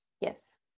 Yes